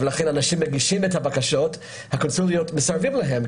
ולכן אנשים מגישים את הבקשות והקונסוליות מסרבות להם.